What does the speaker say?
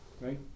Right